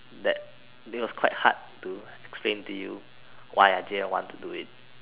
that it was quite hard to explain to you why I didn't want to do it